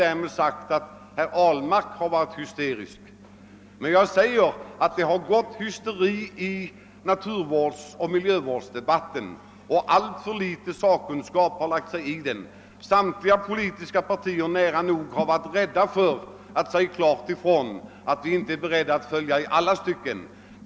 Därmed har jag inte sagt att herr Ahlmark varit hysterisk, men jag säger att det gått hysteri i naturvårdsoch miljövårdsdebatten och att alltför liten sakkunskap lagts i den. Nästan samtliga politiska partier har varit rädda för att klart säga ifrån att de inte är beredda att följa i alla stycken.